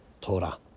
Torah